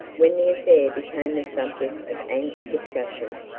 when the affair became the subject of angry discussion,